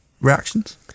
reactions